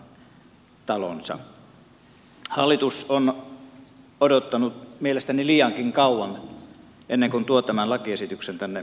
hallitus on odottanut mielestäni liiankin kauan ennen kuin tuo tämän lakiesityksen tänne eduskuntaan